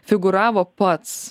figūravo pats